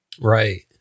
Right